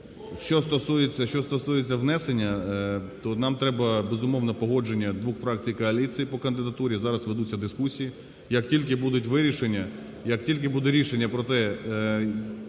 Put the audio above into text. що стосується внесення, то нам треба, безумовно, погодження двох фракцій коаліції по кандидатурі. Зараз ведуться дискусії. Як тільки будуть вирішення, як тільки буде рішення про те